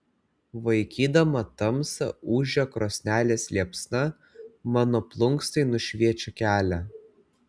vaikydama tamsą ūžia krosnelėje liepsna mano plunksnai nušviečia kelią